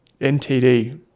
NTD